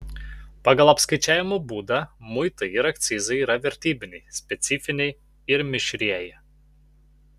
pagal apskaičiavimo būdą muitai ir akcizai yra vertybiniai specifiniai ir mišrieji